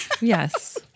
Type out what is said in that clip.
Yes